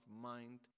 mind